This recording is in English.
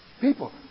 People